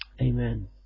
Amen